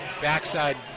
backside